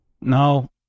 No